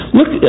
Look